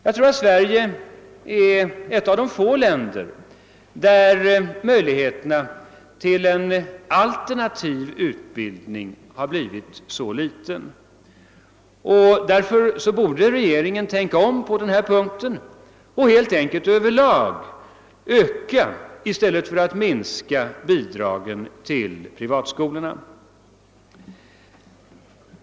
Jag tror att Sverige är ett av de få länder där möjligheterna till en alternativ utbildning så starkt skurits ned. Därför bör regeringen tänka om på denna punkt och öka i stället för minska bidragen till privatskolorna.